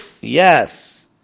Yes